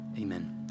Amen